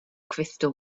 crystal